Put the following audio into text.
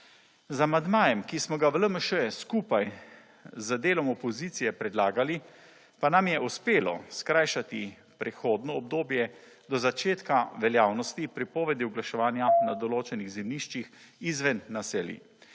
Z amandmajem, ki smo ga v LMŠ skupaj z delom opozicije predlagali, pa nam je uspelo skrajšati prehodno obdobje do začetka veljavnosti prepovedi oglaševanja na določenih zemljiščih izven naselij.